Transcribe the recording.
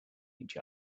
each